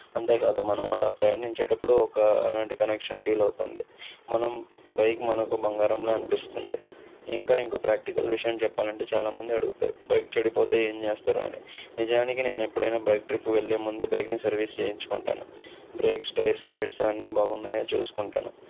అంతేకాదు మనం అలా ప్రయాణించేటప్పుడు ఒక అలాంటి కనెక్షన్ ఫీల్ అవుతుంది మనం బైక్ మనకు బంగారంలా అనిపిస్తుంది ఇంకా ఇంకో ప్రాక్టికల్ విషయం చెప్పాలి అంటే చాలామంది అడుగుతారు బైక్ చెడిపోతే ఏం చేస్తారు అని నిజానికి నేను ఎప్పుడైనా బైక్ ట్రిప్ వెళ్ళే ముందే బైక్ని సర్వీస్ చేయించుకుంటాను బ్రేక్స్ టైర్స్ లైట్స్ అవన్నీ బాగున్నాయా చూసుకుంటాను